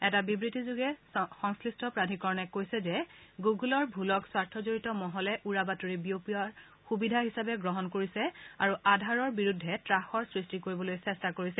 এটা বিব্তিত সংশ্লিষ্ট প্ৰাধিকৰণে কৈছে যে গুণুলৰ ভূলক স্বাৰ্থজড়িত মহলে উৰাবাতৰি বিয়পোৱাৰ সুবিধা হিচাপে গ্ৰহণ কৰিছে আৰু আধাৰৰ বিৰুদ্ধে ত্ৰাসৰ সৃষ্টি কৰিবলৈ চেষ্টা কৰিছে